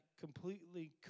completely